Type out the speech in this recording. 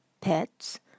pets